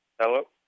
Hello